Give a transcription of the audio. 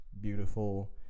beautiful